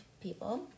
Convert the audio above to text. people